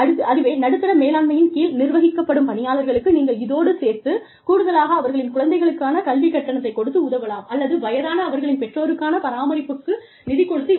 அதுவே நடுத்தர மேலாண்மையின் கீழ் நிர்வகிக்கப்படும் பணியாளர்களுக்கு நீங்கள் இதோடு சேர்த்துக் கூடுதலாக அவர்களின் குழந்தைகளுக்கான கல்விக் கட்டணத்தை கொடுத்து உதவலாம் அல்லது வயதான அவர்களின் பெற்றோருக்கான பராமரிப்புக்கு நிதி கொடுத்து உதவலாம்